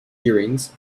earrings